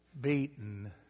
beaten